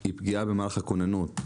היא פגיעה במערך הכוננות.